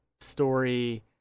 story